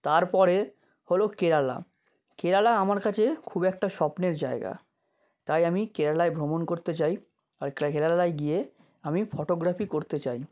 তারপরে হলো কেরালা কেরালা আমার কাছে খুব একটা স্বপ্নের জায়গা তাই আমি কেরালায় ভ্রমণ করতে চাই আর কেরালায় গিয়ে আমি ফটোগ্রাফি করতে চাই